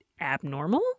abnormal